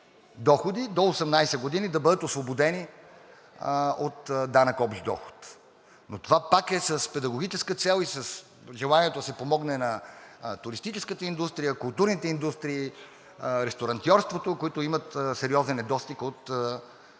до 18 години да бъдат освободени от данък общ доход. Това пак е с педагогическа цел и с желанието да се помогне на туристическата индустрия, културните индустрии, ресторантьорството, които имат сериозен недостиг от